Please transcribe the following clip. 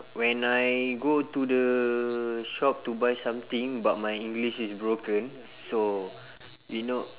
when I go to the shop to buy something but my english is broken so you know